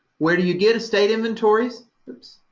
where do you get estate inventories?